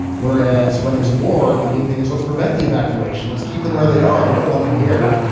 whereas when there's a war, the main thing is let's prevent the evacuation. let's keep them where they are. we don't want them here.